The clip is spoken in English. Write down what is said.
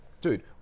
Dude